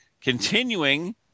Continuing